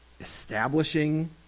establishing